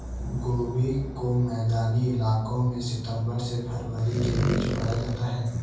गोभी को मैदानी इलाकों में सितम्बर से फरवरी के बीच उगाया जाता है